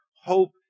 hope